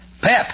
Pep